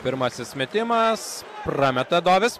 pirmasis metimas prameta dovis